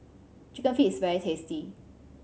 Chicken Feet is very tasty